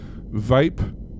Vape